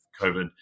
COVID